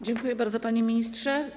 Dziękuję bardzo, panie ministrze.